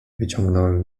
wyciągnąłem